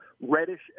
Reddish